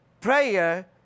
prayer